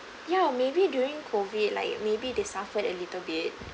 ya maybe during COVID like maybe they suffered a little bit